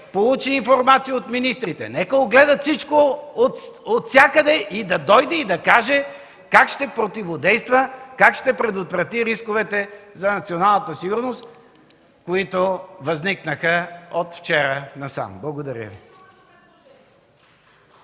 получи информация от министрите, нека огледат всичко отвсякъде, да дойде и да каже как ще противодейства, как ще предотврати рисковете за националната сигурност, които възникнаха от вчера насам. Благодаря Ви.